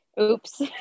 oops